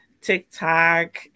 TikTok